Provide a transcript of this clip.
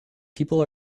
people